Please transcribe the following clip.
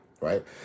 right